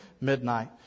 midnight